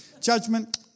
judgment